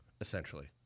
essentially